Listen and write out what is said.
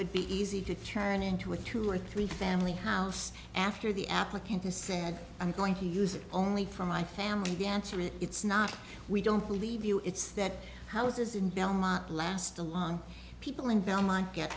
would be easy to turn into a two or three family house after the applicant has said i'm going to use it only for my family dance or if it's not we don't believe you it's that houses in belmont last along people in